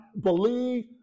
believe